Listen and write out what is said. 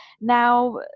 now